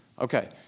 Okay